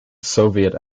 soviet